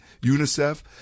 UNICEF